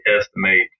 estimate